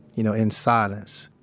you know, in silence.